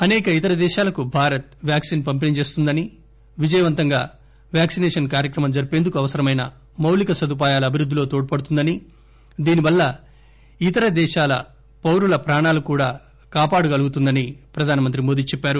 అసేక ఇతర దేశాలకు భారత్ వ్యాక్సిన్ పంపిణీ చేస్తుందని విజయవంతంగా వ్యాక్సినేషన్ కార్యక్రమం జరిపేందుకు అవసరమైన మాళిక సదుపాయాల అభివృద్దిలో తోడ్పడుతోందని దీనివల్ల ఇతర దేశాల పౌరుల ప్రాణాలు కూడా కాపాడగలుగుతుందని ప్రధానమంత్రి మోదీ చెప్పారు